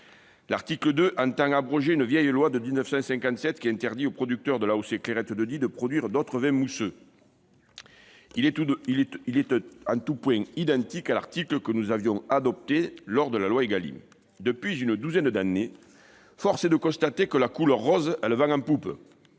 L'article 2 entend abroger une vieille loi de 1957, qui interdit aux producteurs de l'AOC Clairette de Die de produire d'autres vins mousseux. Il est en tout point identique à l'article que nous avions adopté lors de la loi Égalim. Depuis une douzaine d'années, force est de constater que la couleur rose a le vent en poupe